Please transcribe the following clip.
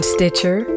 Stitcher